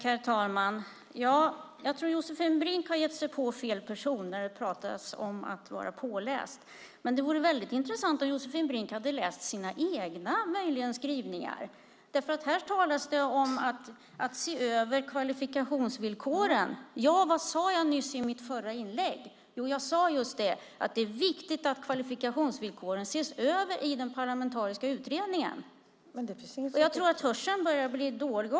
Herr talman! Jag tror att Josefin Brink har gett sig på fel person när det pratas om att vara påläst. Men det vore väldigt intressant om Josefin Brink hade läst sina egna skrivningar, för här talas det om att se över kvalifikationsvillkoren. Och vad sade jag i mitt förra inlägg? Jo, jag sade just det att det är viktigt att kvalifikationsvillkoren ses över i den parlamentariska utredningen. Jag tror att hörseln börjar bli dålig.